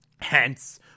Hence